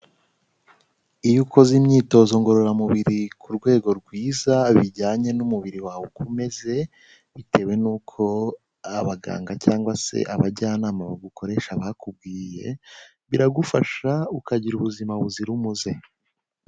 Iyo ukoze imyitozo ngororamubiri ku rwego rwiza bijyanye n'umubiri wawe uko umeze, bitewe nuko abaganga cyangwa se abajyanama bagukoresha bakubwiye biragufasha ukagira ubuzima buzira umuze.